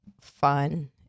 fun